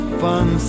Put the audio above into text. fun